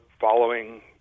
following